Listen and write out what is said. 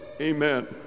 amen